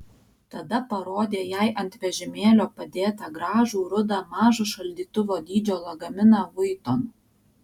tada parodė jai ant vežimėlio padėtą gražų rudą mažo šaldytuvo dydžio lagaminą vuitton